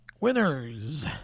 winners